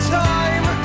time